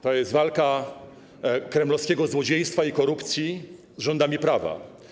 To jest walka kremlowskiego złodziejstwa i korupcji z rządami prawa.